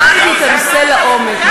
למדתי את הנושא לעומק,